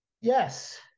Yes